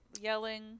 yelling